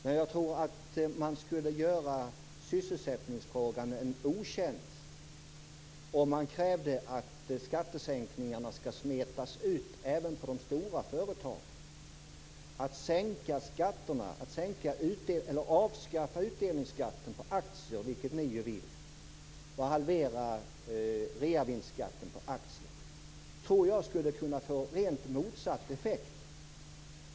Men jag tror att man skulle göra sysselsättningsfrågan en otjänst om man krävde att skattesänkningarna skall smetas ut även på de stora företagen. Att avskaffa utdelningsskatten på aktier, vilket ni ju vill, och halvera reavinstskatten på aktier tror jag skulle kunna få rent motsatt effekt.